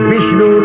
Vishnu